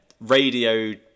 radio